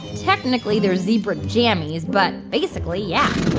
technically, they're zebra jammies. but basically, yeah